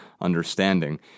Understanding